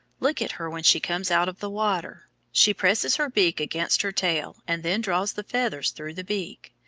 look at her when she comes out of the water. she presses her beak against her tail and then draws the feathers through the beak.